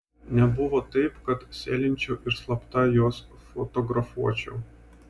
nebuvo taip kad sėlinčiau ir slapta juos fotografuočiau